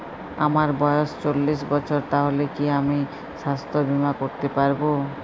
আমার বয়স চল্লিশ বছর তাহলে কি আমি সাস্থ্য বীমা করতে পারবো?